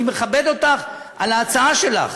אני מכבד אותך על ההצעה שלך,